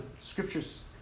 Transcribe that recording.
scriptures